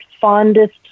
fondest